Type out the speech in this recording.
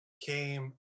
came